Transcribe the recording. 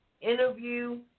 interview